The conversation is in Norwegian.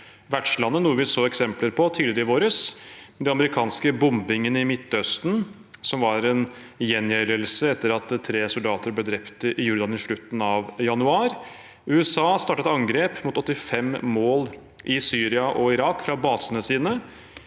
vertslandet. Det så vi eksempler på tidligere i vår – med de amerikanske bombingene i Midtøsten som var en gjengjeldelse etter at tre soldater ble drept i Jordan i slutten av januar. USA startet et angrep mot 85 mål i Syria og Irak fra basene sine,